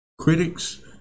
Critics